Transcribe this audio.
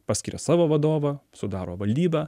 paskiria savo vadovą sudaro valdybą